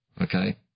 okay